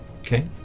Okay